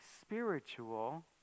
spiritual